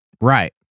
Right